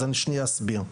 אז אני שנייה אסביר,